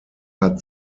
hat